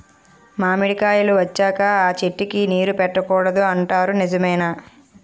మామిడికాయలు వచ్చాక అ చెట్టుకి నీరు పెట్టకూడదు అంటారు నిజమేనా?